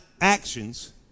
actions